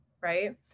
right